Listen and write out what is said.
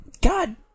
god